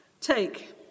Take